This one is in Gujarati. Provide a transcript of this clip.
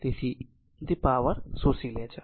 તેથી તે પાવર શોષી લે છે